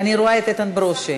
אני רואה את איתן ברושי.